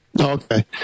Okay